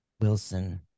Wilson